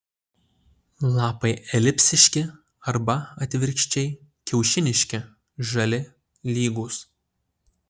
lapai elipsiški arba atvirkščiai kiaušiniški žali lygūs